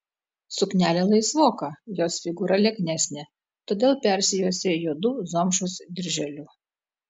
suknelė laisvoka jos figūra lieknesnė todėl persijuosė juodu zomšos dirželiu